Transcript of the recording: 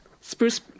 Spruce-